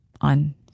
on